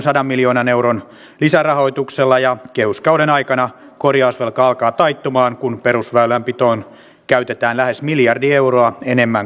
kyse on vain siitä että maailman tilanteita on vaikea ennustaa joten näitä asioita vain joudutaan rahoittamaan lisäbudjetilla